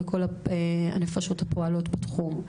לכל הנפשות הפועלות בתחום.